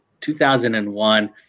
2001